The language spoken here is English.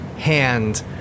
Hand